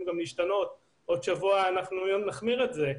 להשתנות ואולי עוד שבוע אנחנו נחמיר את זה,